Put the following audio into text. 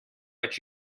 but